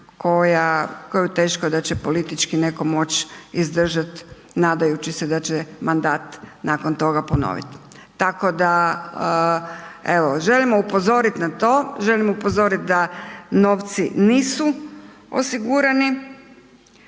koju teško da će politički netko moć izdržat nadajući se da će mandat nakon toga ponoviti tako da evo, želimo upozorit na to, želimo upozorit da novci nisu osigurani,